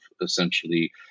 essentially